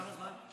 כמה זמן?